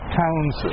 towns